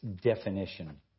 definition